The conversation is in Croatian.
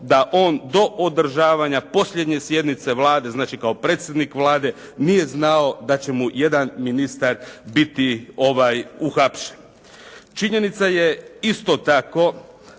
da on do održavanja posljednje sjednice Vlade, znači kao predsjednik Vlade nije znao da će mu jedan ministar biti uhapšen. Činjenica je isto tako